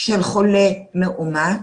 של חולה מאומת,